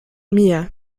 mir